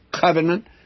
covenant